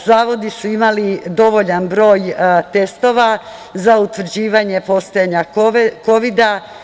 Zavodi su imali dovoljan broj testova za utvrđivanje postojanja Kovida.